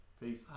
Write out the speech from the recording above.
Peace